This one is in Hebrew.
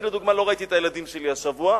אני לדוגמה לא ראיתי את הילדים שלי השבוע,